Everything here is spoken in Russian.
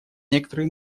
некоторые